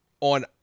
on